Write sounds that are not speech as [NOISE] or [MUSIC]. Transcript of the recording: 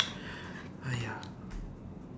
[NOISE] !aiya!